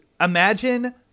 imagine